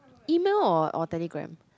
email or or Telegram